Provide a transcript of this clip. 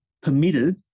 permitted